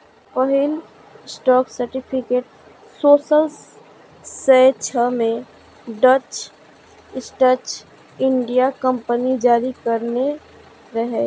पहिल stock certificate सोलह सय छह मे डच ईस्ट इंडिया कंपनी जारी करने रहै